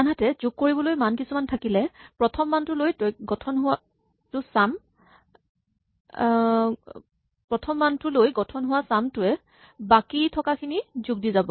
আনহাতে যোগ কৰিবলৈ মান কিছুমান থাকিলে প্ৰথম মানটো লৈ গঠন হোৱা ছাম টোৱে বাকী থকাখিনি যোগ দি যাব